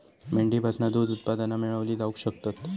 मेंढीपासना दूध उत्पादना मेळवली जावक शकतत